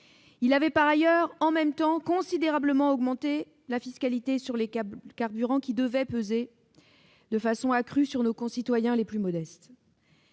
aviez par ailleurs- « en même temps »-, considérablement augmenté la fiscalité sur les carburants, qui devait peser de façon accrue sur nos concitoyens les plus modestes.